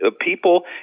people